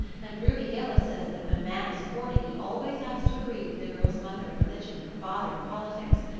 and ruby gillis says that when a man is courting he always has to agree with the girl's mother in religion and her father in politics.